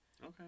okay